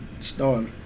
Start